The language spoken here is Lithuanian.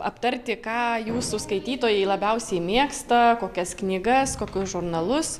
aptarti ką jūsų skaitytojai labiausiai mėgsta kokias knygas kokius žurnalus